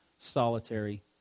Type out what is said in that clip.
solitary